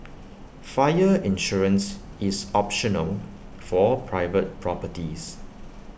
fire insurance is optional for private properties